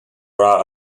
rath